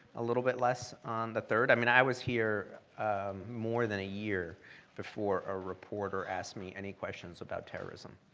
a little bit less on the third. i mean, i was here more than a year before a reporter asked me any questions about terrorism,